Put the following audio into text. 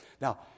Now